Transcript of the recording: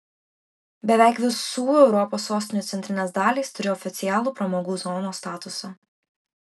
beveik visų europos sostinių centrinės dalys turi oficialų pramogų zonos statusą